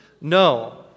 no